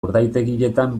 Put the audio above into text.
urdaitegietan